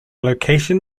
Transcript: location